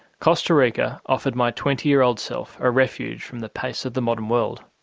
costa rica offered my twenty year old self a refuge from the pace of the modern world.